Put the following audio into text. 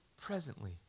presently